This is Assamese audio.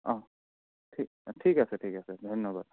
অঁ ঠি ঠিক আছে ঠিক আছে ধন্য়বাদ